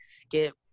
skip